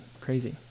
Crazy